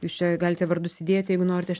jūs čia galite vardus įdėti jeigu norite aš